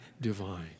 divine